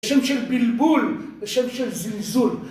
זה שם של בלבול, זה שם של זלזול.